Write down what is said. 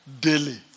Daily